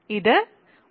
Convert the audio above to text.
ഇത് 1